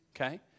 okay